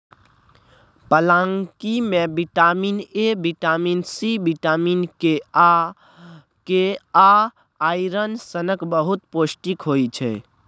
पलांकी मे vitamin A, vitamin C, vitamin K आ आइरन सनक बहुत पौष्टिक होइ छै